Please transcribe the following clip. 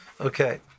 Okay